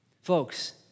Folks